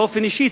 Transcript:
באופן אישי,